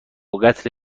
قتل